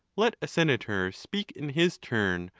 let a senator speak in his turn,